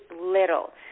little